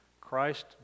Christ